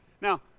Now